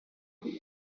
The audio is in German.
die